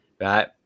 Right